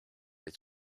est